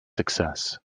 success